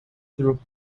though